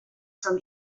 from